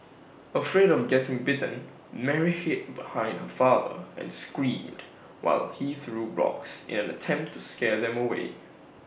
afraid of getting bitten Mary hid behind her father and screamed while he threw rocks in an attempt to scare them away